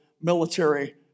military